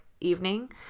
evening